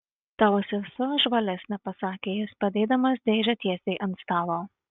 tavo sesuo žvalesnė pasakė jis padėdamas dėžę tiesiai ant stalo